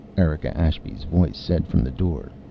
erika ashby's voice said from the door.